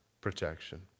protection